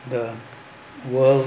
the world